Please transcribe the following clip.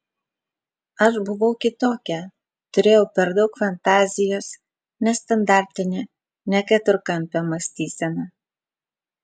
aš buvau kitokia turėjau per daug fantazijos nestandartinę ne keturkampę mąstyseną